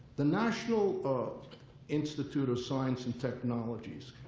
the national institute of science and technologies'